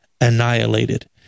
annihilated